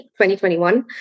2021